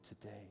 today